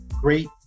great